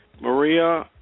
Maria